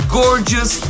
gorgeous